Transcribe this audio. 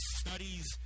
studies